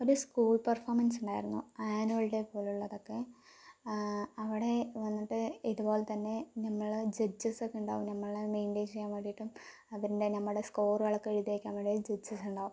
ഒരു school performance ഉണ്ടായിരുന്നു annual day പോലുള്ളതൊക്കെ അവിടെ വന്നിട്ട് ഇതുപോലെ തന്നെ നമ്മള് ജഡ്ജസക്കെ ഉണ്ടാകും നമ്മളെ മെയിൻറ്റൈൻ ചെയ്യാൻ വേണ്ടീട്ടും അവരിൻ്റെ നമ്മണ്ടെ സ്കോറികളക്കെ എഴുതി വയ്ക്കാൻ വേണ്ടി ജഡ്ജസ്സുണ്ടാകും